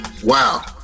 Wow